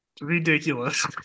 ridiculous